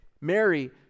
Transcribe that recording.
Mary